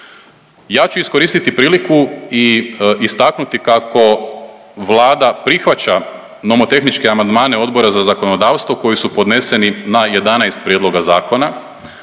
Ja ću iskoristiti priliku i istaknuti kako Vlada prihvaća nomotehničke amandmane Odbora za zakonodavstvo koji su podneseni na 11 prijedloga zakona